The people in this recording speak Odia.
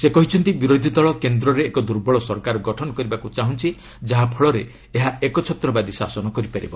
ସେ କହିଛନ୍ତି ବିରୋଧୀ ଦଳ କେନ୍ଦ୍ରରେ ଏକ ଦୂର୍ବଳ ସରକାର ଗଠନ କରିବାକୃ ଚାହୁଁଛି ଯାହା ଫଳରେ ଏହା ଏକଛତ୍ରବାଦୀ ଶାସନ କରିପାରିବ